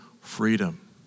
freedom